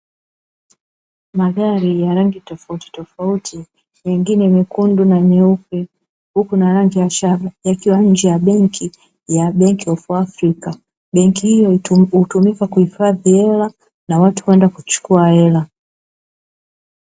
Magari ya rangi tofauti mtofauti nyingine nyekundu na meupe, huku na rangi ya shaba ikiwa nje ya benki ya "benki ya Africa" , benki hiyo hutumika kuhifadhi hela na watu kwenda kuchukua hela.